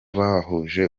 bahuje